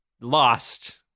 lost